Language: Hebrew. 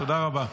תודה רבה.